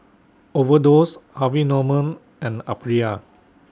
Overdose Harvey Norman and Aprilia